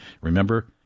Remember